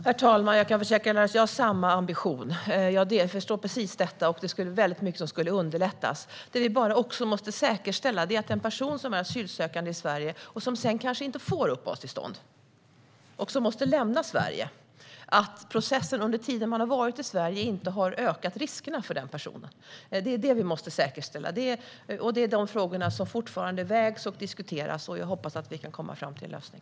Herr talman! Jag kan försäkra Larry Söder att jag har samma ambition. Jag förstår att mycket skulle underlättas. Det som måste säkerställas är att riskerna inte ökar för en person som är asylsökande och som inte får uppehållstillstånd utan måste lämna Sverige. Det är det som vi måste säkerställa. Det är de frågorna som fortfarande avvägs och diskuteras, och jag hoppas att vi kan komma fram till en lösning.